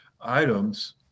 items